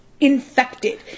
infected